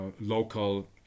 local